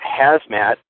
Hazmat